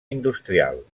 industrial